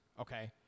okay